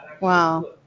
Wow